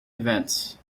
events